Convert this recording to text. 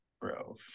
bro